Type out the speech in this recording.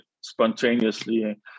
spontaneously